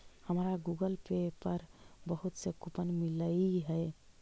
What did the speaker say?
हमारा Google Pay पर बहुत से कूपन मिललई हे